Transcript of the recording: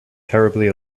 terribly